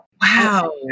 wow